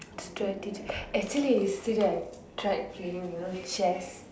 strategic actually yesterday I tried playing you know chess